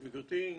גברתי,